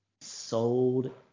Sold